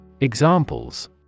Examples